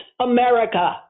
America